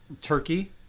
turkey